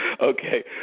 Okay